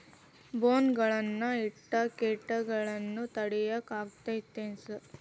ಬೋನ್ ಗಳನ್ನ ಇಟ್ಟ ಕೇಟಗಳನ್ನು ತಡಿಯಾಕ್ ಆಕ್ಕೇತೇನ್ರಿ?